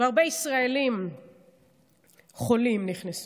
והרבה ישראלים חולים נכנסו,